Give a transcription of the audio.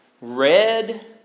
red